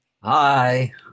Hi